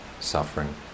suffering